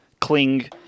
cling